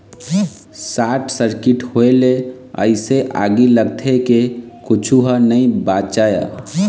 short circuit होए ले अइसे आगी लगथे के कुछू ह नइ बाचय